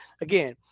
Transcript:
again